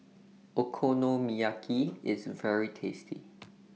Okonomiyaki IS very tasty